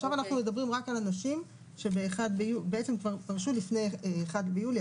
עכשיו אנחנו מדברים רק על אנשים שפרשו לפני 1 ביולי,